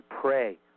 Pray